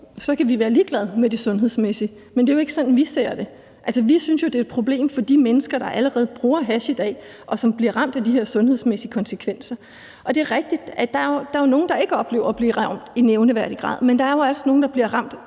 kan vi være ligeglade med det sundhedsmæssige. Men det er jo ikke sådan, vi ser det. Vi synes jo, at det er et problem for de mennesker, der allerede bruger hash i dag, og som bliver ramt af de her sundhedsmæssige konsekvenser. Og det er rigtigt, at der er nogle, der ikke oplever at blive ramt i nævneværdig grad, men der er også nogle, der bliver ramt